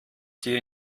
dir